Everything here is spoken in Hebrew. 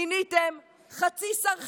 מיניתם חצי שר חינוך,